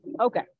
Okay